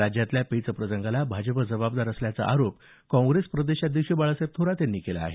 राज्यातल्या पेच प्रसंगाला भाजप जबाबदार असल्याचा आरोप काँग्रेस प्रदेशाध्यक्ष बाळासाहेब थोरात यांनी केला आहे